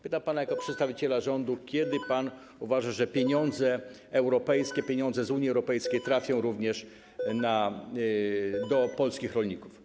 Pytam pana jako przedstawiciela rządu: Jak pan uważa, kiedy europejskie pieniądze, z Unii Europejskiej, trafią również do polskich rolników?